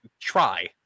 try